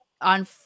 on